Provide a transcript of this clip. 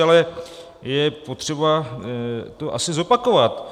Ale je potřeba to asi zopakovat.